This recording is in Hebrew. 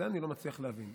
את זה אני לא מצליח להבין.